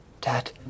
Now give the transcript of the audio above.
Dad